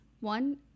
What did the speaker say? One